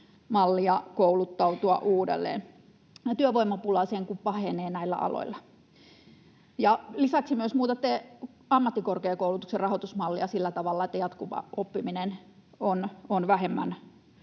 kouluttautua uudelleen, ja työvoimapula sen kun pahenee näillä aloilla. Lisäksi myös muutatte ammattikorkeakoulutuksen rahoitusmallia sillä tavalla, että jatkuva oppiminen on vähemmän